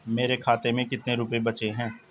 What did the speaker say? मेरे खाते में कितने रुपये बचे हैं?